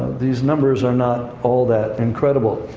these numbers are not all that incredible.